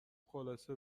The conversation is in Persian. خلاصه